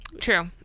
True